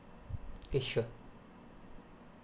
okay sure